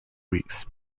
weeks